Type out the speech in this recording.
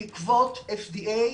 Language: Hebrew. בעקבות FDA,